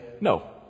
no